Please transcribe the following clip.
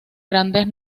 grandes